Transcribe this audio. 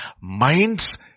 minds